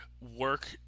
work